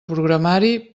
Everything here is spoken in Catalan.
programari